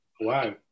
Wow